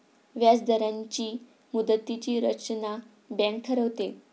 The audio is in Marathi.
व्याजदरांची मुदतीची रचना बँक ठरवते